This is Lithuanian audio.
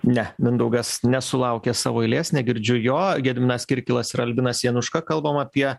ne mindaugas nesulaukęs savo eilės negirdžiu jo gediminas kirkilas ir albinas januška kalbam apie